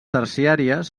terciàries